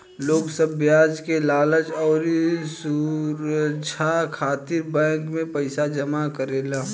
लोग सब ब्याज के लालच अउरी सुरछा खातिर बैंक मे पईसा जमा करेले